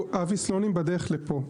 אבי סלונים בדרך לפה.